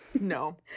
No